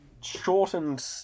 shortened